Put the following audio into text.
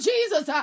Jesus